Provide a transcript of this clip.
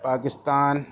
Pakistan